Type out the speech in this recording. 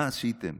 מה עשיתם?